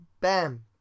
bam